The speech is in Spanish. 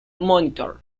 monitor